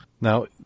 Now